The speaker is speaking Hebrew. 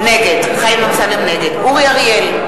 נגד אורי אריאל,